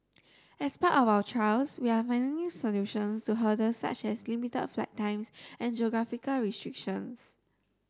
as part of our trials we are finding solutions to hurdles such as limit flight times and geographical restrictions